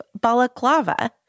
balaclava